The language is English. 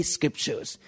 Scriptures